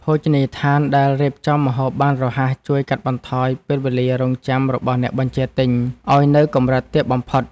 ភោជនីយដ្ឋានដែលរៀបចំម្ហូបបានរហ័សជួយកាត់បន្ថយពេលវេលារង់ចាំរបស់អ្នកបញ្ជាទិញឱ្យនៅកម្រិតទាបបំផុត។